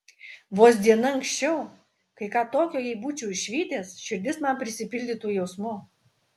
vos diena anksčiau kai ką tokio jei būčiau išvydęs širdis man prisipildytų jausmų